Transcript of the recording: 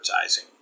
advertising